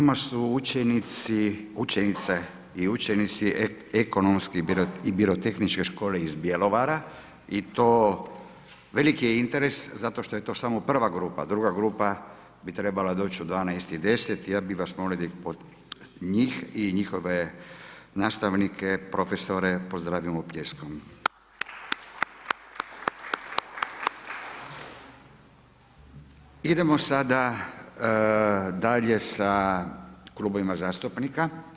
S nama su učenice i učenici Ekonomske i birotehničke škole iz Bjelovara i to veliki je interes zato što je tamo samo prva grupa, druga grupa bi trebala doći u 12,10 i ja bih vas molio da njih i njihove profesore pozdravimo pljeskom. Idemo sada dalje sa klubovima zastupnika.